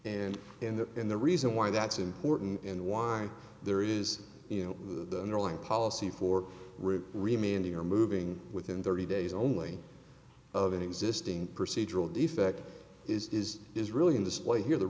and and the and the reason why that's important and why there is you know the underlying policy for root remaining or moving within thirty days only of an existing procedural defect is is really in the slate here the